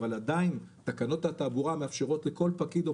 אבל עדיין תקנות התעבורה מאפשרות לכל פקיד או